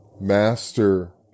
master